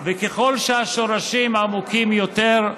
וככל שהשורשים עמוקים יותר,